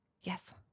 Yes